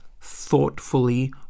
thoughtfully